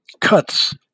cuts